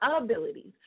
abilities